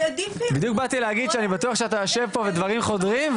בדיוק באתי להגיד שאני בטוח שאתה יושב פה ודברים חודרים,